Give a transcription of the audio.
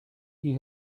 you